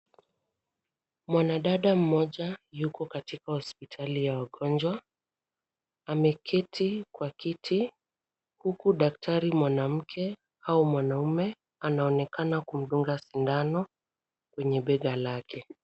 Mwanadada mmoja yuko katika hospitali ya wagonjwa. Ameketi kwa kiti huku daktari mwanamke au mwanaume anaonekana kumdunga sindano kwenye bega lake.